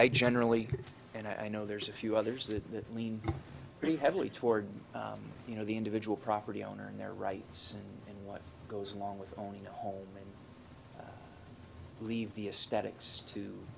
generally and i know there's a few others that lean pretty heavily toward you know the individual property owner and their rights and what goes along with owning a home and leave the